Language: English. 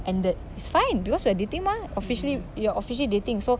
and that is fine because we are dating mah officially you're officially dating so